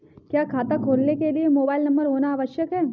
क्या खाता खोलने के लिए मोबाइल नंबर होना आवश्यक है?